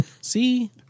See